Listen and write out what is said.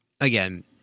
again